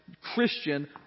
Christian